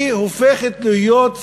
היא הופכת להיות,